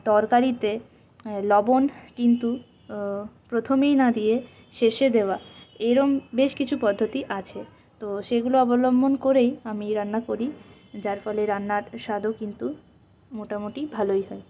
তরকারিতে লবণ কিন্তু প্রথমেই না দিয়ে শেষে দেওয়া এরম বেশ কিছু পদ্ধতি আছে তো সেগুলো অবলম্বন করেই আমি রান্না করি যার ফলে রান্নার স্বাদও কিন্তু মোটামুটি ভালোই হয়